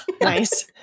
Nice